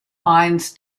mines